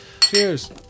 Cheers